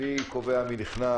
אלא השאלה היא מי קובע מי נכנס,